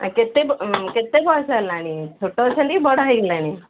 ଆଉ କେତେ କେତେ ବୟସ ହେଲାଣି ଛୋଟ ଅଛନ୍ତି ବଡ଼ ହୋଇଗଲେଣି